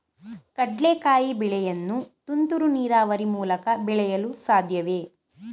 ಕಡ್ಲೆಕಾಯಿ ಬೆಳೆಯನ್ನು ತುಂತುರು ನೀರಾವರಿ ಮೂಲಕ ಬೆಳೆಯಲು ಸಾಧ್ಯವೇ?